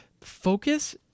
focus